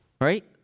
Right